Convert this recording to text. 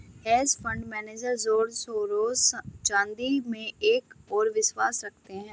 hedge fund manager George Soros चांदी में एक और विश्वास रखते हैं